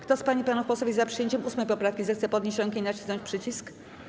Kto z pań i panów posłów jest za przyjęciem 8. poprawki, zechce podnieść rękę i nacisnąć przycisk.